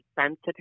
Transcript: sensitive